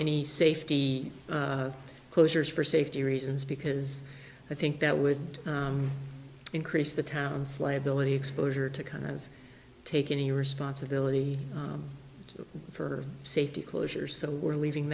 any safety closures for safety reasons because i think that would increase the town's liability exposure to kind of take any responsibility for safety closures so we're leaving